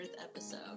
episode